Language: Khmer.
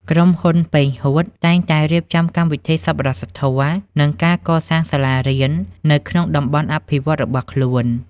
ក្រុមហ៊ុន ប៉េង ហួត (Peng Huoth) តែងតែរៀបចំកម្មវិធីសប្បុរសធម៌ និងការកសាងសាលារៀននៅក្នុងតំបន់អភិវឌ្ឍន៍របស់ខ្លួន។